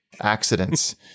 accidents